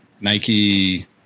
Nike